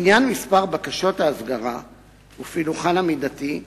לעניין מספר בקשות ההסגרה ופילוחן המידתי,